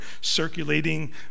circulating